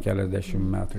keliasdešimt metų